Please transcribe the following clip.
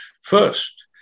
first